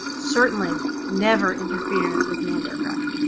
certainly never interfering with manned aircraft.